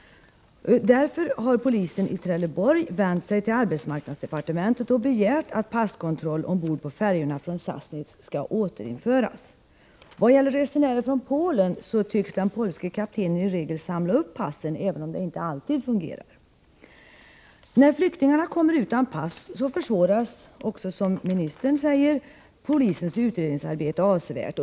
Därför har polisen i Trelleborg vänt sig till arbetsmarknadsdepartementet och begärt att passkontroll ombord på färjorna från Sassnitz skall återinföras. Vad gäller resenärer från Polen tycks den polske kaptenen i regel samla upp passen, även om det inte alltid fungerar. När flyktingarna kommer utan pass försvåras, som också ministern sade, polisens utredningsarbete avsevärt.